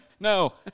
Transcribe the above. No